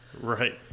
Right